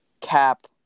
cap